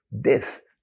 death